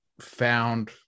found